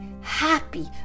happy